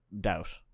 doubt